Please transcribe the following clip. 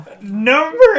Number